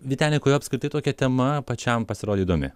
vyteni kodėl apskritai tokia tema pačiam pasirodė įdomi